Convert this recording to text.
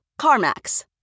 CarMax